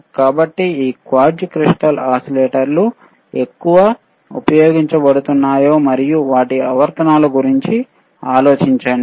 కాబట్టి ఈ quartz crystal ఓసిలేటర్లు ఎక్కడ ఉపయోగించబడుతున్నాయో మరియు వాటి అనువర్తనాల గురించి ఆలోచించండి